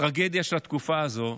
הטרגדיה של התקופה הזו,